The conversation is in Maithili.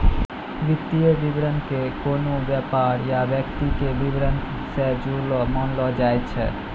वित्तीय विवरणो के कोनो व्यापार या व्यक्ति के विबरण से जुड़लो मानलो जाय छै